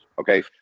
Okay